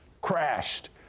crashed